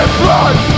blood